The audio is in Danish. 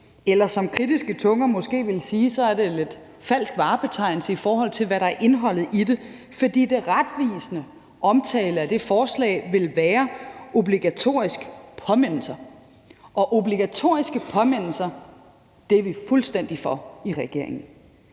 Eller som kritiske tunger måske ville sige, er der tale om lidt falsk varebetegnelse, i forhold til hvad der er indholdet i det, fordi den retvisende omtale af det forslag ville være: obligatoriske påmindelser. Kl. 17:39 Obligatoriske påmindelser er vi fuldstændig for i regeringen.